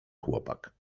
chłopak